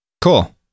Cool